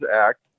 act